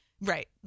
right